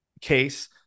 case